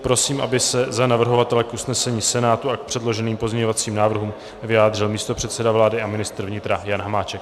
Prosím, aby se za navrhovatele k usnesení Senátu a k předloženým pozměňovacím návrhům vyjádřil místopředseda vlády a ministr vnitra Jan Hamáček.